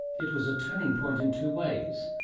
it was a turning point in two ways.